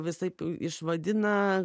visaip išvadina